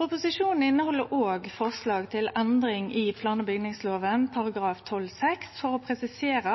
Proposisjonen inneheld òg forslag til endring i plan- og bygningsloven § 12-6, for å presisere